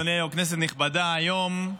אדוני היו"ר, כנסת נכבדה, היום,